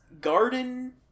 garden